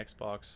Xbox